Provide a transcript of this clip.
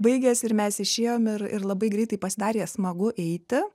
baigės ir mes išėjom ir ir labai greitai pasidarė smagu eiti